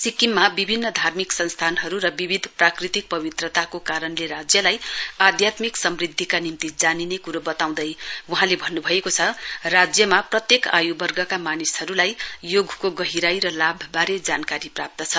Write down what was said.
सिक्किममा विभिन्न धार्मिक संस्थानहरू र विविध प्राकृतिक पवित्रताको कारणले राज्यलाई आध्यात्मिक समृध्दिका निम्ति जानिले क्रो बताउँदै वहाँले भन्न्भएको छ राज्यमा प्रत्येक आय्वर्गका मानिसहरूलाई योगको गहिराई र लाभवारे जानकारी प्राप्त छ